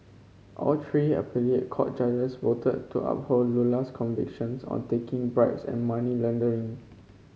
all three appellate court judges voted to uphold Lula's convictions on taking bribes and money laundering